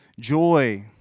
joy